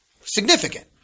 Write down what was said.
significant